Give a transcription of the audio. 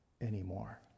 anymore